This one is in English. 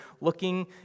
looking